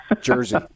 jersey